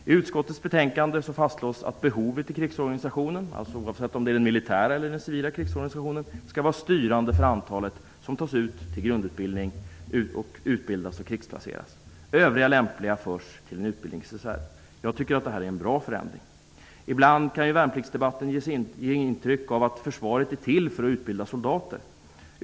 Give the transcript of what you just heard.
I utskottets betänkande fastslås att behovet i krigsorganisationen, alltså oavsett om det är den militära eller den civila krigsorganisationen, skall vara styrande för vilket antal som tas ut till grundutbildning, utbildas och krigsplaceras. Övriga lämpliga förs till en utbildningsreserv. Jag tycker att det är en bra förändring. Ibland kan värnpliktsdebatten ge intryck av att försvaret är till för att utbilda soldater.